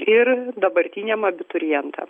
ir dabartiniam abiturientam